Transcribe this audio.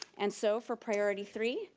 and so for priority three,